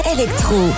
Electro